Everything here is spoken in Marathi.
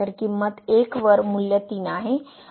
तर किंमत 1 वर मूल्य 3 आहे